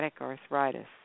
arthritis